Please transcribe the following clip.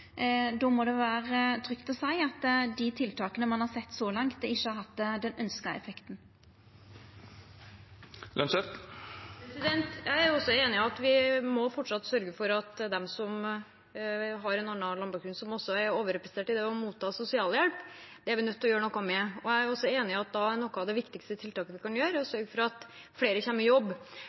må det vera trygt å seia at dei tiltaka ein har sett så langt, ikkje har hatt den ønskte effekten. Når det gjelder dem som har en annen landbakgrunn, og som også er overrepresentert i å motta sosialhjelp, er jeg enig i at vi fortsatt er nødt til å gjøre noe med det. Jeg er også enig i at et av de viktigste tiltakene vi da kan gjøre, er å sørge for at flere kommer i jobb.